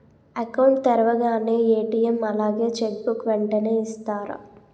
Account తెరవగానే ATM అలాగే cheque book వెంటనే ఇస్తారా?